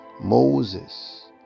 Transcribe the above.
Moses